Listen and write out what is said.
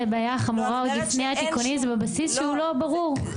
הבעיה החמורה עוד לפני התיקונים היא בבסיס שהוא לא ברור.